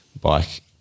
bike